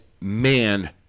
man